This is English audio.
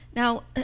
Now